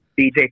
DJ